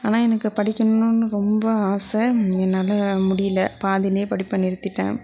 ஆனால் எனக்கு படிக்கணும்னு ரொம்ப ஆசை என்னால் முடியலை பாதியிலையே படிப்பை நிறுத்திவிட்டேன் அது